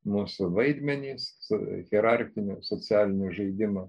mūsų vaidmenys su hierarchinio socialinio žaidimo